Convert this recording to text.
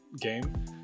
game